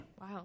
Wow